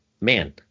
Man